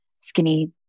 skinny